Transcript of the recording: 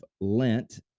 lent